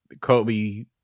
Kobe